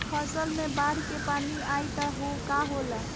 फसल मे बाढ़ के पानी आई त का होला?